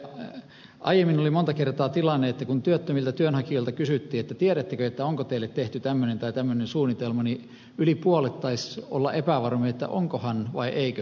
aiemmin oli monta kertaa tilanne että kun työttömiltä työnhakijoilta kysyttiin tiedättekö onko teille tehty tämmöinen tai tämmöinen suunnitelma niin yli puolet taisi olla epävarmoja onkohan vai eiköhän